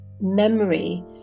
memory